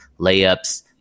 layups